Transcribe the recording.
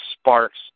Sparks